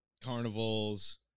Carnivals